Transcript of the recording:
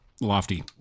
lofty